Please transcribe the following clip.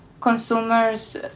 consumers